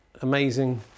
amazing